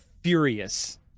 furious